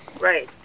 Right